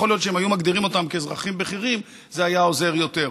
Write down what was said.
יכול להיות שאם היו מגדירים אותם כאזרחים בכירים זה היה עוזר יותר.